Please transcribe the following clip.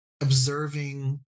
observing